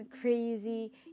crazy